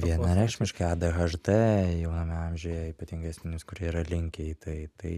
vienareikšmiškai adhd jauname amžiuje ypatingai asmenims kurie yra linkę į tai tai